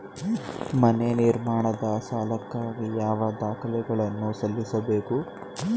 ಮನೆ ನಿರ್ಮಾಣದ ಸಾಲಕ್ಕಾಗಿ ಯಾವ ದಾಖಲೆಗಳನ್ನು ಸಲ್ಲಿಸಬೇಕು?